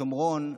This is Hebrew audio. בשומרון,